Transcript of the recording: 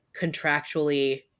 contractually